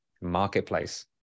marketplace